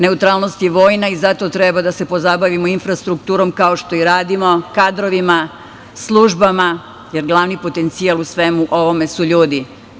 Neutralnost je vojna i zato treba da se pozabavimo infrastrukturom, kao što i radimo, kadrovima, službama, jer glavni potencijal u svemu ovome su ljudi.